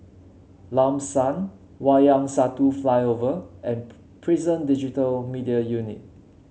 Lam San Wayang Satu Flyover and Prison Digital Media Unit